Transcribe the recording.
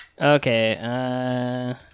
Okay